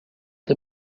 the